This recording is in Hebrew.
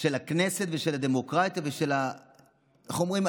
של הכנסת ושל הדמוקרטיה ושל המיעוט.